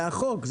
זה החוק,